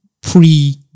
pre